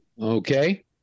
Okay